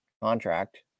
contract